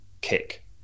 kick